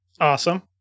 Awesome